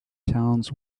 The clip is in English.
towns